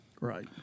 Right